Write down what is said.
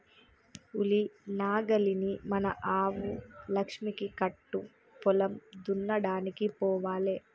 ఉలి నాగలిని మన ఆవు లక్ష్మికి కట్టు పొలం దున్నడానికి పోవాలే